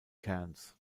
kerns